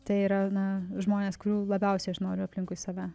tai yra na žmonės kurių labiausiai aš nori aplinkui save